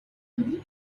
monnaie